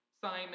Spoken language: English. Simon